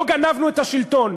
לא גנבנו את השלטון,